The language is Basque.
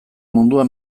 mundua